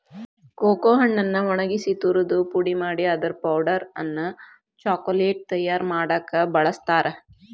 cocoa ಹಣ್ಣನ್ನ ಒಣಗಿಸಿ ತುರದು ಪುಡಿ ಮಾಡಿ ಅದರ ಪೌಡರ್ ಅನ್ನ ಚಾಕೊಲೇಟ್ ತಯಾರ್ ಮಾಡಾಕ ಬಳಸ್ತಾರ